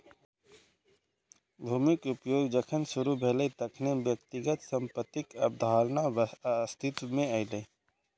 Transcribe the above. भूमिक उपयोग जखन शुरू भेलै, तखने व्यक्तिगत संपत्तिक अवधारणा अस्तित्व मे एलै